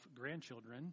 grandchildren